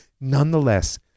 nonetheless